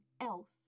else